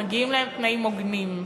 שמגיעים להם תנאים הוגנים,